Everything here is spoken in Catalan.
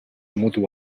mutu